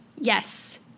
Yes